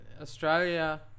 australia